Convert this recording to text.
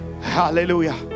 Hallelujah